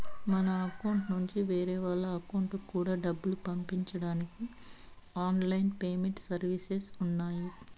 మన అకౌంట్ నుండి వేరే వాళ్ళ అకౌంట్ కూడా డబ్బులు పంపించడానికి ఆన్ లైన్ పేమెంట్ సర్వీసెస్ ఉన్నాయి